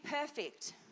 perfect